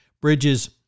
Bridges